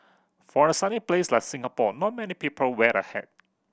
for a sunny place like Singapore not many people wear a hat